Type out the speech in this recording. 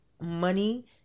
money